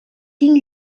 tinc